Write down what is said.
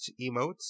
emotes